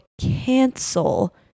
cancel